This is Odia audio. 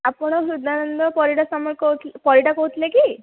ଆପଣ ହୃଦାନନ୍ଦ ପରିଡ଼ା ପରିଡ଼ା କହୁଥିଲେ କି